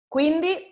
Quindi